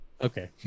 Okay